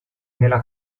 nella